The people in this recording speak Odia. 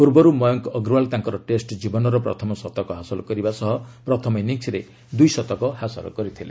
ପୂର୍ବର୍ ମୟଙ୍କ ଅଗ୍ରୱାଲ୍ ତାଙ୍କ ଟେଷ୍ଟ ଜୀବନର ପ୍ରଥମ ଶତକ ହାସଲ କରିବା ସହ ପ୍ରଥମ ଇନିଂସରେ ଦ୍ୱିଶତକ କରିଥିଲେ